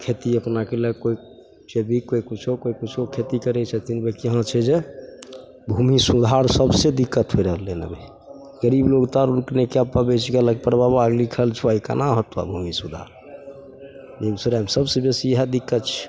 खेती अपना कएलक कोइ खेती कोइ किछु कोइ किछु खेती करै छथिन बल्कि यहाँ छै जे भूमि सुधारमे सबसे दिक्कत होइ रहलै हँ अभी गरीब लोक पड़ताल कै नहि पाबै छै रबाबाके लिखल छऽ ई कोना होतऽ भूमि सुधार बेगूसरायमे सबसे बेसी इएह दिक्कत छै